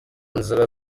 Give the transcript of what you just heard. nzira